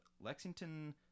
Lexington